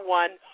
one